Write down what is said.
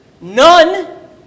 none